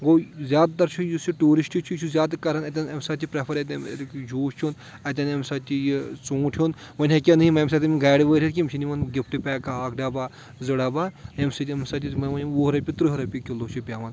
گوٚو زیادٕ تر چھُ یُس یہِ ٹیٛوٗرِسٹہٕ چھُ یہِ چھُ زیادٕ کَرَن اَتیٚن اَمہِ ساتہٕ تہِ پرٛیٚفر ییٚتہِ جیٛوٗس چیٛون اَتیٚن اَمہِ ساتہٕ تہِ یہِ ژوٗنٛٹھ ہیٚون وۄنۍ ہیٚکہِ ہا نہٕ یِم اَمہِ ساتہٕ یِم گاڑِ وٲلۍ ہیٚتھ کیٚنٛہہ یِم چھِ نوان گِفٹہٕ پیکَہ اکھ ڈَبَہ زٕ ڈَبَہ ییٚمہِ سۭتۍ یِم اَمہِ سۭتۍ وۄنۍ یِم وُہ رۄپیہِ تٕرٛہ رۄپیہِ کِلوٗ چھُ پیٚوان